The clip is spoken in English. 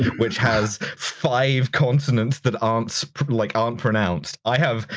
which has five consonants that aren't so like aren't pronounced, i have.